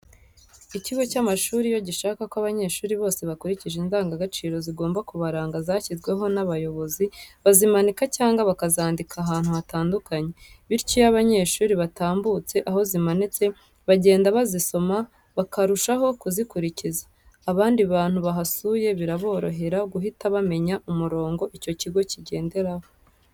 Icyigo cy'amashuri iyo gishaka ko abanyeshuri bose bakurikiza indangagaciro zigomba kubaranga zashyizweho n'abayobozi, bazimanika cyangwa bakazandika ahantu hatandukanye. Bityo iyo abanyeshuri batambutse aho zimanitse bagenda bazisoma bakarushaho kuzikurikiza. Abandi bantu bahasuye biraborohera guhita bamenya umurongo icyo kigo kigenderaho.